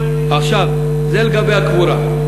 זה לגבי הקבורה.